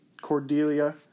Cordelia